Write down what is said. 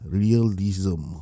realism